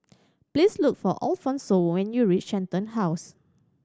please look for Alfonse when you reach Shenton House